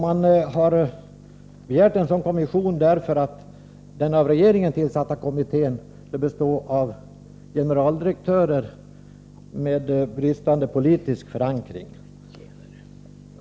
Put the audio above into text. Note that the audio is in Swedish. Man har begärt en sådan kommission därför att den av regeringen tillsatta kommittén skall bestå av generaldirektörer med bristande politisk förankring.